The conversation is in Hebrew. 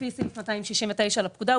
לפי סעיף 269 לפקודה,